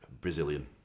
Brazilian